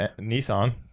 Nissan